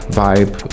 vibe